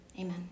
Amen